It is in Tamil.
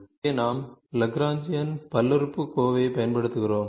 இங்கே நாம் லக்ராஜியன் பல்லுறுப்புக்கோவைப் பயன்படுத்துகிறோம்